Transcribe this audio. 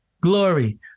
Glory